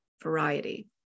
variety